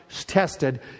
tested